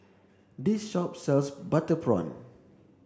this shop sells butter prawn